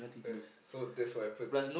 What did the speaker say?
yeah so that's what happened